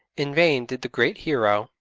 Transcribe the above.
in vain did the great hero,